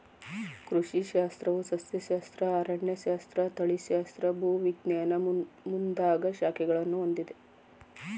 ಕೃಷಿ ಶಾಸ್ತ್ರವು ಸಸ್ಯಶಾಸ್ತ್ರ, ಅರಣ್ಯಶಾಸ್ತ್ರ, ತಳಿಶಾಸ್ತ್ರ, ಭೂವಿಜ್ಞಾನ ಮುಂದಾಗ ಶಾಖೆಗಳನ್ನು ಹೊಂದಿದೆ